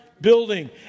building